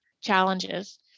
challenges